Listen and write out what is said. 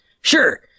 Sure